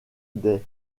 des